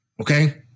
Okay